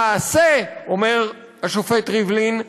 למעשה" אומר השופט ריבלין,